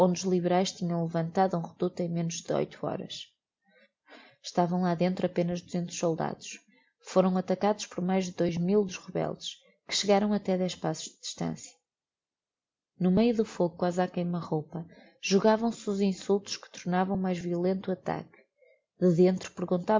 horas estavam lá dentro apenas duzentos soldados foram atacados por mais de dois mil dos rebeldes que chegaram até dez passos de distancia no meio do fogo quasi á queima-roupa jogavam se os insultos que tornavam mais violento o ataque de dentro